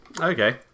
Okay